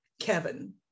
kevin